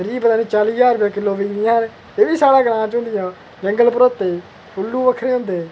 त्रीह् चाली ज्हार रपेऽ किल्लो बिकदियां एह् बी साढ़ै ग्रांऽ चे होंदियां जंगल भरोचे दे उल्लू अक्खरे होंदे